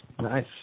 Nice